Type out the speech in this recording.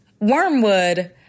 wormwood